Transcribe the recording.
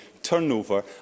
turnover